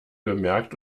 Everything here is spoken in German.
bemerkt